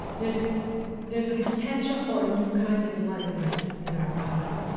there's there's a potential for a new kind of enlightenment in our time,